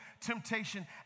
temptation